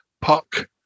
Puck